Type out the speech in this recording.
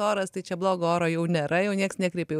oras tai čia blogo oro jau nėra jau nieks nekreipia į